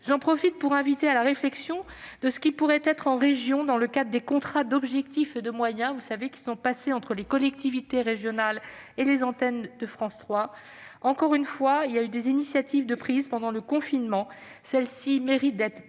J'en profite pour inviter à la réflexion sur ce qui pourrait être fait en région dans le cadre des contrats d'objectifs et de moyens passés entre les collectivités régionales et les antennes de France 3. Encore une fois, les initiatives prises pendant le confinement méritent d'être pérennisées